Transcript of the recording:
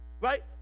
Right